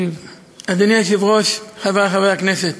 אדוני היושב-ראש, חברי חברי הכנסת,